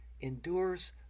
endures